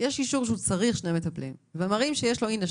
יש אישור שהוא צריך שני מטפלים ומראים שהנה,